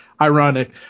ironic